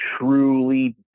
truly